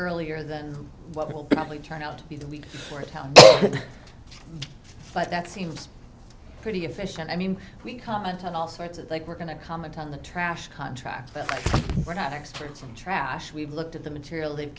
earlier than what will probably turn out to be the week for town but that seems pretty efficient i mean we comment on all sorts of like we're going to comment on the trash contract but we're not experts on trash we've looked at the material they've